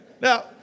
Now